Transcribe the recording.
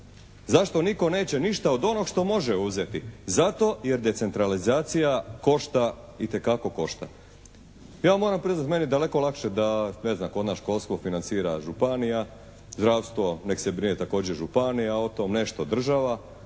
Zašto nitko neće ništa od onoga što može uzeti? Zato jer decentralizacija košta, itekako košta. Ja vam moram priznati, meni je daleko lakše da ne znam kod nas školstvo financira županija, zdravstvo neka se brine također županija, o tome nešto država